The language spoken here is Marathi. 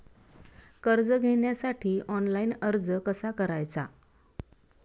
कर्ज घेण्यासाठी ऑनलाइन अर्ज कसा करायचा?